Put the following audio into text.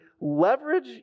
leverage